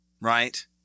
right